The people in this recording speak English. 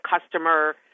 customer